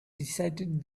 decided